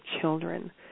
children